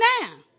now